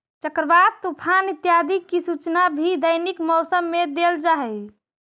चक्रवात, तूफान इत्यादि की सूचना भी दैनिक मौसम में देल जा हई